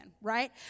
right